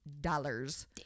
dollars